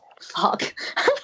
fuck